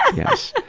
yes.